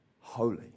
holy